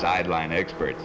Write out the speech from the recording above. sideline expert